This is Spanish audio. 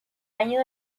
año